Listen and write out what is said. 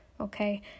okay